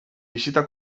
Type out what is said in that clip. bisita